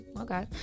okay